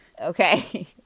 okay